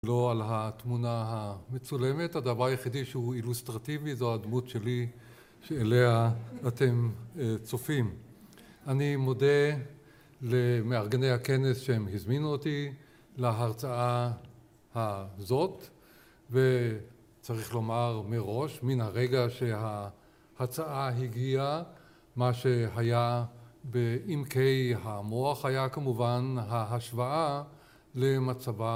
לא על התמונה המצולמת, הדבר היחידי שהוא אילוסטרטיבי זו הדמות שלי שאליה אתם צופים. אני מודה למארגני הכנס שהם הזמינו אותי להרצאה הזאת, וצריך לומר מראש, מן הרגע שההצעה הגיעה, מה שהיה בעמקי המוח היה כמובן ההשוואה למצבה